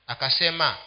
Akasema